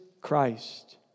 Christ